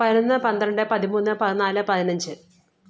പതിനൊന്ന് പന്ത്രണ്ട് പതിമൂന്ന് പതിനാല് പതിനഞ്ച്